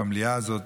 במליאה הזאת,